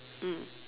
mm